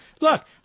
Look